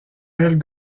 aile